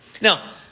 Now